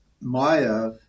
maya